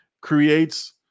creates